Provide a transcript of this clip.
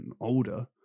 older